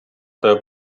тебе